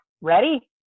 Ready